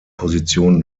position